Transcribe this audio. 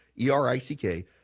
E-R-I-C-K